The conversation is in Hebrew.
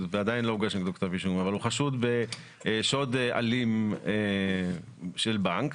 ועדיין לא הוגש נגדו כתב אישום, בשוד אלים של בנק